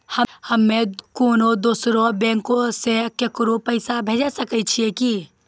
हम्मे कोनो दोसरो बैंको से केकरो पैसा भेजै सकै छियै कि?